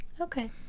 Okay